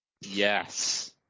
Yes